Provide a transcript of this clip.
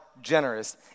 generous